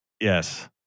Yes